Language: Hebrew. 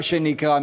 מה שנקרא,